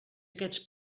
aquests